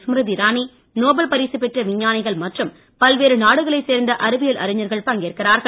Smriti Irani Nobel பரிசு பெற்ற விஞ்ஞானிகள் மற்றும் பல்வேறு நாடுகளை சேர்ந்த அறிவியல் அறிஞர்கள் பங்கேற்கிறார்கள்